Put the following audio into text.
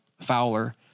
fowler